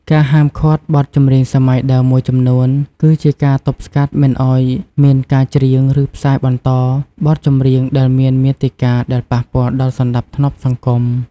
ការហាមឃាត់បទចម្រៀងសម័យដើមមួយចំនួន គឺជាការទប់ស្កាត់មិនឲ្យមានការច្រៀង និងផ្សាយបន្តបទចម្រៀងដែលមានមាតិកា ដែលប៉ះពាល់ដល់សណ្តាប់ធ្នាប់សង្គម។